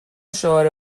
شعار